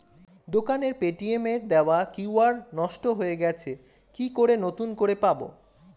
দোকানের পেটিএম এর দেওয়া কিউ.আর নষ্ট হয়ে গেছে কি করে নতুন করে পাবো?